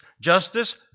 justice